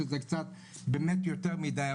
שזה קצת באמת יותר מדי,